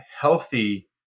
healthy